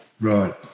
Right